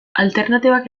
alternatibak